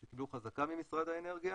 שקיבלו חזקה ממשרד האנרגיה,